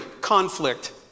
conflict